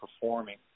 performing